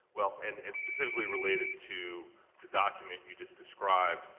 well, and and specifically related to the document you just described,